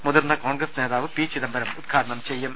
മുതിർന്ന കോൺഗ്രസ് നേതാവ് പി ചിദംബരം ഉദ്ഘാ ടനം ചെയ്യും